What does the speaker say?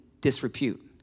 disrepute